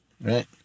right